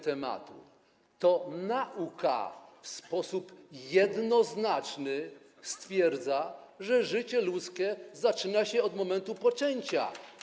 To nauka w sposób jednoznaczny stwierdza, że życie ludzkie zaczyna się od momentu poczęcia.